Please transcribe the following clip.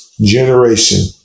generation